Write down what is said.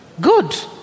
Good